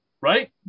Right